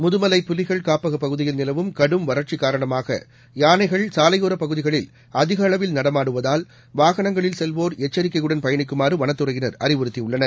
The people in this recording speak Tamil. முதுமலை புலிகள் காப்பக பகுதியில் நிலவும் கடும் வறட்சி காரணமாக யானைகள் சாலையோரப்பகுதிகளில் அதிக அளவில் நடமாடுவதால் வாகனங்களில் செல்வோர் எச்சரிக்கையுடன் பயணிக்குமாறு வனத்துறையினர் அறிவுறுத்தியுள்ளனர்